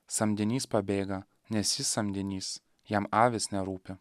samdinys pabėga nes jis samdinys jam avys nerūpi